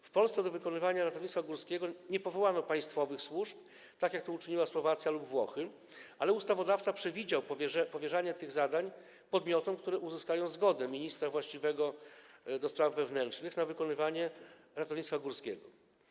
W Polsce do wykonywania ratownictwa górskiego nie powołano państwowych służb, tak jak to uczyniły Słowacja lub Włochy, ale ustawodawca przewidział powierzanie tych zadań podmiotom, które uzyskają zgodę ministra właściwego do spraw wewnętrznych na wykonywanie ratownictwa górskiego.